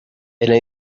elle